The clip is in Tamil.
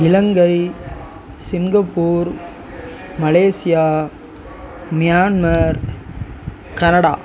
Ilangai Singapore Malaysia Myanmar Canada